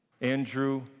Andrew